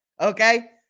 okay